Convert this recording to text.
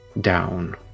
down